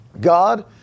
God